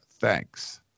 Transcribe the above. Thanks